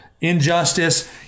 injustice